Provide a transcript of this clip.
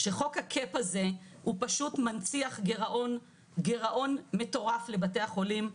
שחוק הקאפ הזה פשוט מנציח גירעון מטורף לבתי החולים,